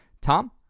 Tom